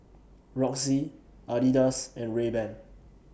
Roxy Adidas and Rayban